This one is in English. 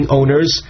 owners